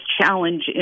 challenge